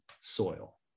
soil